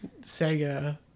sega